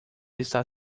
está